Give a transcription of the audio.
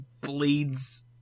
bleeds